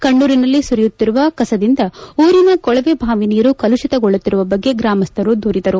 ಕಣ್ಣೂರ್ನಲ್ಲಿ ಸುರಿಯುತ್ತಿರುವ ಕಸದಿಂದ ಊರಿನ ಕೊಳವೆಬಾವಿ ನೀರು ಕಲುಷಿತಗೊಳ್ಳುತ್ತಿರುವ ಬಗ್ಗೆ ಗ್ರಾಮಸ್ನರು ದೂರಿದರು